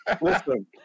Listen